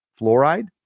fluoride